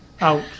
Out